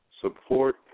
support